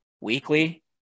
weekly